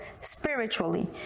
spiritually